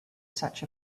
such